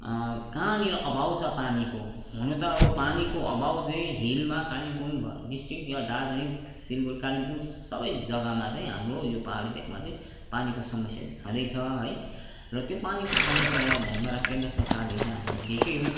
कहाँनेर अभाव छ पानीको हुन त अब पानीको अभाव चाहिँ हिलमा कालिम्पोङ डिस्ट्रिक्ट या दार्जिलिङ सिलगढी कालिम्पोङ सबै जग्गामा चाहिँ हाम्रो यो पहाडी भेकमा चाहिँ पानीको समस्या छँदै छ है र त्यो पानीको समस्यालाई ध्यानमा राखेर केन्द्र सरकारले चाहिँ हामीलाई दिएकै हो